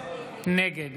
נגד